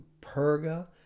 Perga